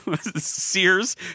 Sears